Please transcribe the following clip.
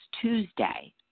Tuesday